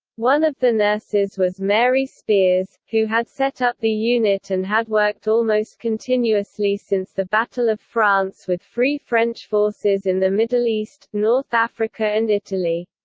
one of the nurses was mary spears, who had set up the unit and had worked almost continuously since the battle of france with free french forces in the middle east, north africa and italy.